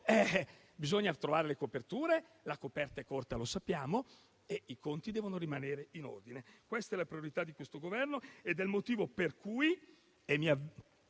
bisogna trovare le coperture - la coperta è corta, e lo sappiamo - e i conti devono rimanere in ordine. Questa è la priorità di questo Governo ed è il motivo per cui